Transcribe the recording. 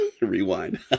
Rewind